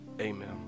amen